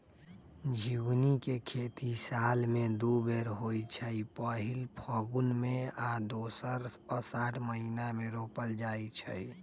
झिगुनी के खेती साल में दू बेर होइ छइ पहिल फगुन में आऽ दोसर असाढ़ महिना मे रोपल जाइ छइ